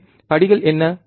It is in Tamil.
எனவே படிகள் என்ன